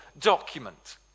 document